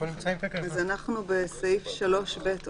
אנחנו בסעיף 3ב,